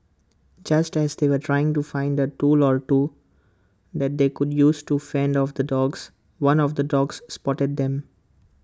just as they were trying to find A tool or two that they could use to fend off the dogs one of the dogs spotted them